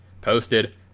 posted